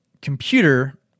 computer